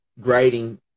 grading